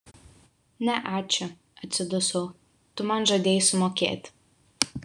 ne ačiū atsidusau tu man žadėjai sumokėti